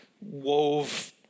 wove